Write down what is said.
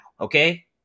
okay